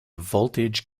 voltage